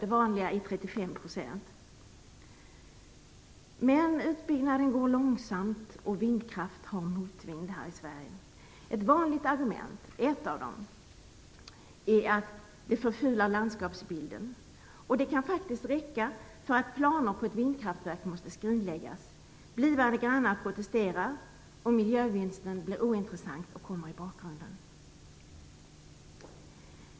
Det vanliga är 35 %. Men utbyggnaden går långsamt, och vindkraft har motvind här i Sverige. Ett av de vanliga argumenten är att det förfular landskapsbilden. Det kan faktiskt räcka för att planer på ett vindkraftverk måste skrinläggas. Blivande grannar protesterar, och miljövinsten blir ointressant och kommer i bakgrunden.